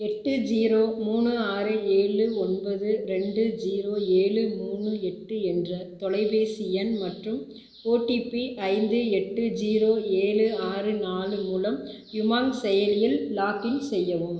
எட்டு ஸீரோ மூணு ஆறு ஏழு ஒன்பது இரண்டு ஸீரோ ஏழு மூணு எட்டு என்ற தொலைபேசி எண் மற்றும் ஓடிபி ஐந்து எட்டு ஸீரோ ஏழு ஆறு நாலு மூலம் உமாங் செயலியில் லாக்இன் செய்யவும்